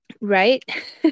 right